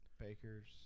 Baker's